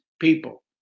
people